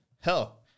Hell